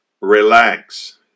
Relax